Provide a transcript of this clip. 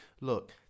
Look